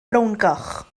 frowngoch